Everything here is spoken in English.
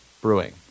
Brewing